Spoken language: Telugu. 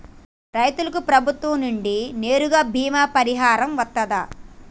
రైతులకు ప్రభుత్వం నుండి నేరుగా బీమా పరిహారం వత్తదా?